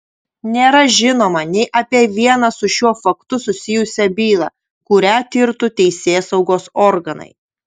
nėra žinoma nei apie vieną su šiuo faktu susijusią bylą kurią tirtų teisėsaugos organai